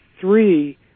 three